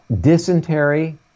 dysentery